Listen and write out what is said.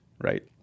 right